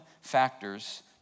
factors